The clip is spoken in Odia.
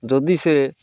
ଯଦି ସେ